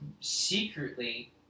secretly